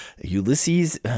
Ulysses